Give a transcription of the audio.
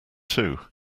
two